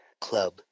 club